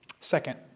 Second